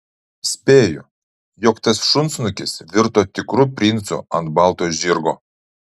spėju jog tas šunsnukis virto tikru princu ant balto žirgo